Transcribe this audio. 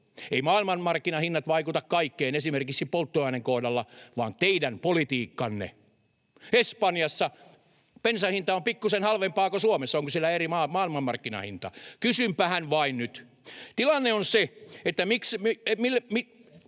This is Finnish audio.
Eivät maailmanmarkkinahinnat vaikuta kaikkeen esimerkiksi polttoaineen kohdalla vaan teidän politiikkanne. Espanjassa bensan hinta on pikkuisen halvempaa kuin Suomessa. Onko siellä eri maailmanmarkkinahinta? Kysynpähän vain nyt. Tilanne on se, että ellemme